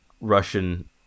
Russian